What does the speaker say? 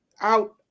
out